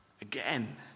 again